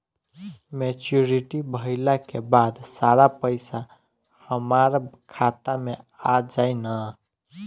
Maturity भईला के बाद सारा पईसा हमार खाता मे आ जाई न?